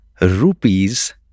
rupees